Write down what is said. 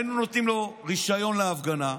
היינו נותנים לו רישיון להפגנה,